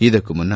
ಇದಕ್ಕೂ ಮುನ್ನ